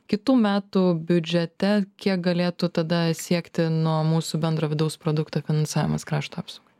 kitų metų biudžete kiek galėtų tada siekti nuo mūsų bendro vidaus produkto finansavimas krašto apsaugai